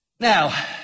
Now